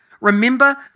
Remember